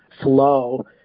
flow